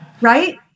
Right